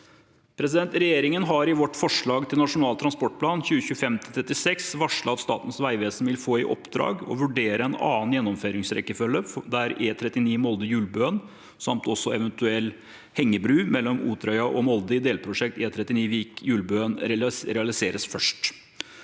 fram. Regjeringen har i forslag til Nasjonal transportplan 2025–2036 varslet at Statens vegvesen vil få i oppdrag å vurdere en annen gjennomføringsrekkefølge der E39 Molde–Julbøen, samt også eventuelt hengebrua mellom Otrøya og Molde i delprosjektet E39 Vik–Julbøen, realiseres først.